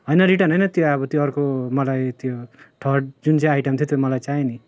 होइन रिटर्न होइन त्यो अब त्यो अर्को मलाई त्यो थर्ड जुन चाहिँ आइटम थियो त्यो मलाई चाहियो नि